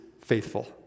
faithful